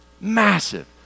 Massive